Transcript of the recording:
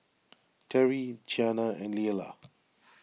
Terri Qiana and Leala